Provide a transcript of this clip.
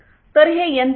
तर हे यंत्र आहे